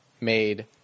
made